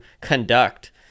conduct